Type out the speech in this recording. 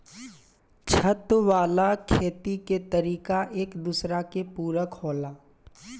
छत वाला खेती के तरीका एक दूसरा के पूरक होला